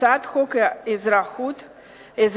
הצעת חוק האזרחות (תיקון,